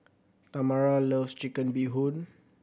Tamara loves Chicken Bee Hoon